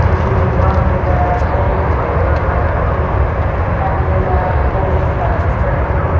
देखिए नेनुआ मिलेगा आपको पंद्रह रुपये किलो भंटा मिलेगा आपको चालीस रुपये किलो